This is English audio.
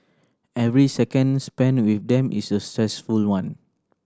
every second spent with them is a stressful one